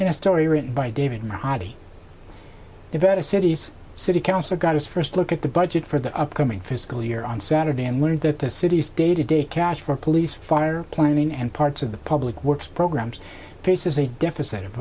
a story written by david roddy the various cities city council got its first look at the budget for the upcoming fiscal year on saturday and learned that the city's day to day cash for police fire planning and parts of the public works programs faces a deficit of